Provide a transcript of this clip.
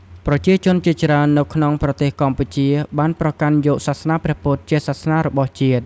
ប្រជាជនជាច្រើននៅក្នុងប្រទេសកម្ពុជាបានប្រកាន់យកសាសនាព្រះពុទ្ធជាសាសនារបស់ជាតិ។